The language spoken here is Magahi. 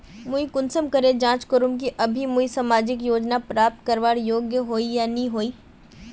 मुई कुंसम करे जाँच करूम की अभी मुई सामाजिक योजना प्राप्त करवार योग्य होई या नी होई?